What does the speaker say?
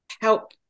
help